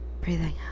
Breathing